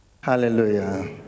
Hallelujah